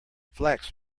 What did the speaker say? flax